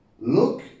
look